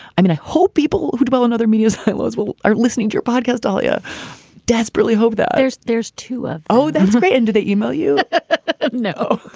i mean, i hope people who dwell in other media silos will are listening to your podcast. dalia desperately hope that there's there's too oh, that's great. into that email, you know?